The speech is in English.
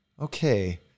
okay